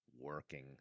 working